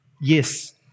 yes